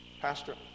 Pastor